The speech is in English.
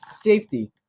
safety